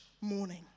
morning